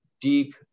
deep